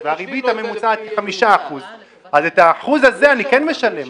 והריבית הממוצעת היא 5% - אז את האחוז הזה אני כן משלם.